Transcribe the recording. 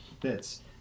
bits